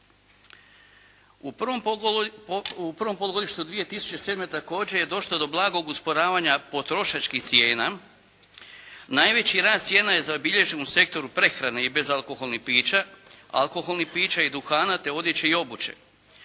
U prvom polugodištu 2007. također je došlo do blagog usporavanja potrošačkih cijena. Najveći rast cijena je zabilježen u sektoru prehrane i bezalkoholnih pića, alkoholnih pića i duhana, te odjeće i obuće.